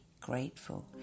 Grateful